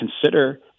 consider